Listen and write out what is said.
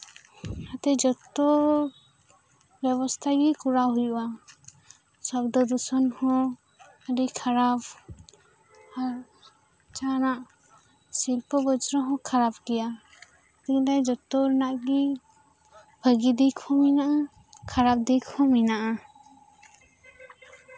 ᱚᱱᱟᱛᱮ ᱡᱚᱛᱚ ᱵᱮᱵᱚᱥᱛᱷᱟ ᱜᱤ ᱠᱚᱨᱟᱣ ᱦᱩᱭᱩᱜᱼᱟ ᱥᱚᱵᱫᱚ ᱫᱩᱥᱚᱱ ᱦᱚᱸ ᱟᱹᱰᱤ ᱠᱷᱟᱨᱟᱯ ᱟᱨ ᱡᱟᱦᱟᱸᱱᱟᱜ ᱥᱤᱞᱯᱤ ᱵᱚᱡᱽᱨᱚ ᱦᱚᱸ ᱠᱷᱟᱨᱟᱯ ᱜᱮᱭᱟ ᱢᱮᱱᱫᱚ ᱡᱚᱛᱚ ᱨᱮᱱᱟᱜ ᱜᱤ ᱵᱷᱟᱹᱜᱤ ᱫᱤᱠ ᱦᱚᱸ ᱢᱮᱱᱟᱜᱼᱟ ᱠᱷᱟᱨᱟᱯ ᱫᱤᱠ ᱦᱚᱸ ᱢᱮᱱᱟᱜᱼᱟ